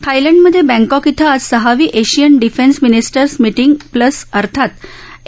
थायलंडमधे Bangkok इथं आज सहावी Asian defence ministers meeting plus अर्थात ए